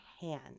hand